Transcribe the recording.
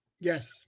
Yes